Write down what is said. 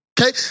Okay